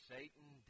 Satan